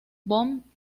von